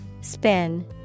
Spin